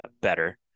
better